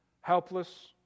helpless